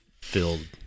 filled